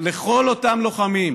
לכל אותם לוחמים,